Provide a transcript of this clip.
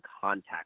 contact